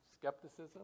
skepticism